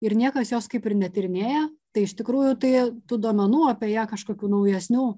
ir niekas jos kaip ir netyrinėja tai iš tikrųjų tai tų duomenų apie ją kažkokių naujesnių